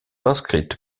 inscrites